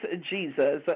Jesus